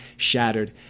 shattered